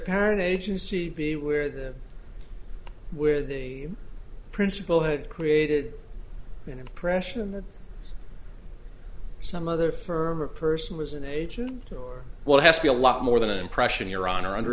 parent agency the where the where the principal had created an impression that some other firm a person was an agent or what has to be a lot more than an impression your honor under